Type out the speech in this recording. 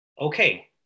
okay